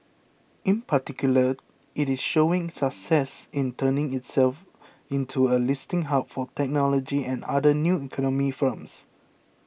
in particular it is showing success in turning itself into a listing hub for technology and other 'new economy' firms